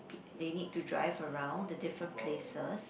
peo~ they need to drive around to different places